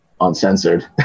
uncensored